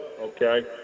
okay